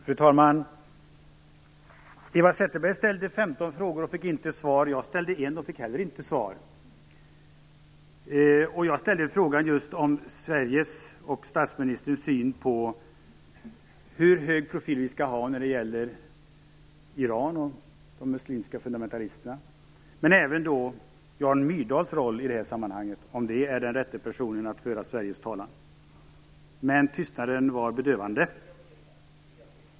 Fru talman! Eva Zetterberg ställde 15 frågor och fick inte svar. Jag ställde en fråga och fick inte heller svar. Frågan gällde just Sveriges och statsministerns syn på hur stark profil vi skall ha när det gäller Iran och de muslimska fundamentalisterna, men även synen på Jan Myrdals roll i sammanhanget och på frågan om han är den rätte personen att föra Sveriges talan. Men tystnaden var bedövande.